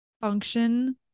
function